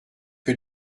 que